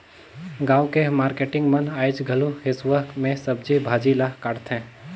गाँव के मारकेटिंग मन आयज घलो हेसुवा में सब्जी भाजी ल काटथे